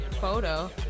photo